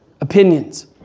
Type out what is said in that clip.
opinions